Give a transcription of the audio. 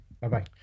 Bye-bye